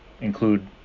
include